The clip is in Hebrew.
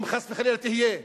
אם חלילה תהיה,